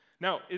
Now